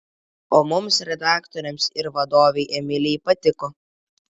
o mums redaktoriams ir vadovei emilijai patiko